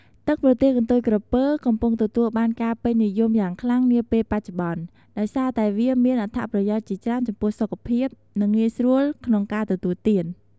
ទឹកប្រទាលកន្ទុយក្រពើ កំពុងទទួលបានការពេញនិយមយ៉ាងខ្លាំងនាពេលបច្ចុប្បន្ន ដោយសារតែវាមានអត្ថប្រយោជន៍ជាច្រើនចំពោះសុខភាព និងងាយស្រួលក្នុងការទទួលទាន។